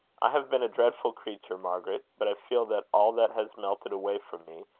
i have been a dreadful creature, margaret. but i feel that all that has melted away from me,